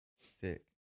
sick